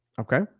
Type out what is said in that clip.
Okay